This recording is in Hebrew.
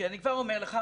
כי אני כבר אומר לך,